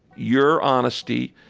your honesty.